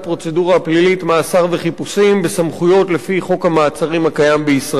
הפלילית (מעצר וחיפושים) בסמכויות לפי חוק המעצרים הקיים בישראל.